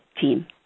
team